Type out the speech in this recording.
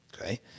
Okay